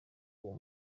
uwo